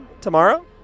tomorrow